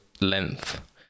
length